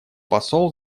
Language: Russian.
посол